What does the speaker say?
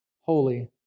holy